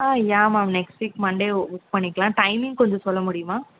ஆ yeah ma'am next week Monday book பண்ணிக்கலாம் timing கொஞ்சம் சொல்ல முடியுமா